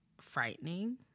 frightening